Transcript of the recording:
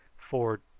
for,